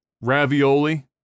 ravioli